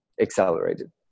accelerated